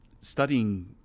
studying